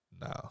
No